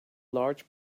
large